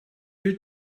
you